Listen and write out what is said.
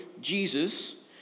Jesus